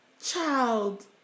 Child